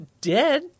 dead